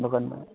दोकानमा